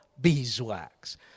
beeswax